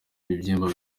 ibibyimba